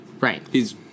Right